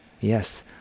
yes